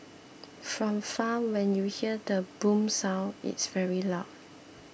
from far when you hear the 'boom' sound it's very loud